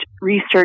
research